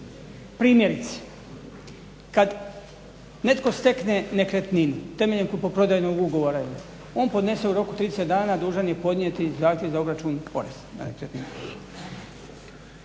Primjerice kad netko stekne nekretninu temeljem kupoprodajnog ugovora, on podnese u roku od 30 dana, dužan je podnijeti zahtjev za obračun poreza.